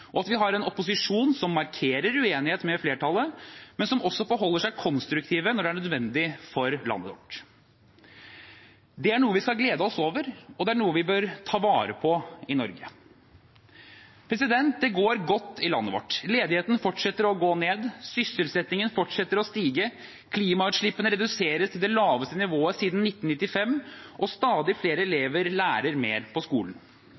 og at vi har en opposisjon som markerer uenighet med flertallet, men som også forholder seg konstruktivt når det er nødvendig for landet vårt. Det er noe vi skal glede oss over, og det er noe vi bør ta vare på i Norge. Det går godt i landet vårt. Ledigheten fortsetter å gå ned. Sysselsettingen fortsetter å stige. Klimagassutslippene reduseres til det laveste nivået siden 1995. Og stadig flere elever lærer mer på skolen.